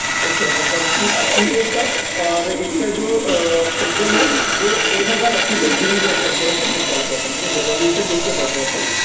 camera quality अच्छी है इसका और इसका जो पिक्सल है वो एक हज़ार अस्सी तक ज़ूम कर सकते है इसके पिक्सल को जो अपन रेज़ोलूशन जिसको कहते हैं अपन